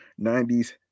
90s